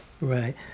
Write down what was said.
Right